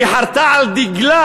שחרתה על דגלה